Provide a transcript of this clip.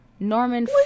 Norman